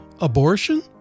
Abortion